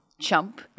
chump